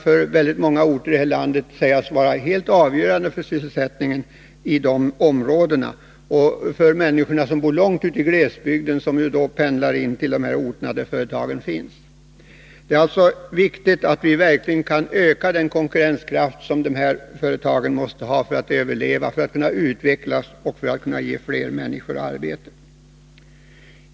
För många orter här i landet kan de sägas vara helt avgörande för hur sysselsättningen kan upprätthållas inom området. Företagen har stor betydelse också för människor som bor långt ute i glesbygden och som pendlar in till de orter där företagen finns. Det är således viktigt att vi verkligen kan öka den konkurrenskraft som dessa företag måste ha för att överleva, för att kunna utvecklas och för att kunna ge fler människor arbete.